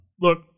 look